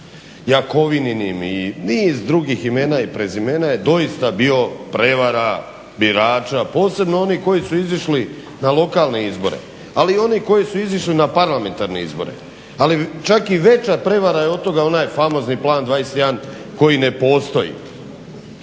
Jakovininim i niz drugih imena i prezimena je doista bilo prevara birača posebno onih koji su izišli na lokalne izbore, ali i oni koji su izišli na parlamentarne izbore. Ali čak i veća prevara je od toga onaj famozni "Plan 21" koji ne postoji.